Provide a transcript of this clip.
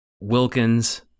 Wilkins